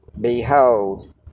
behold